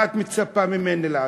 מה את מצפה ממני לעשות?